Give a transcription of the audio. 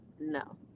no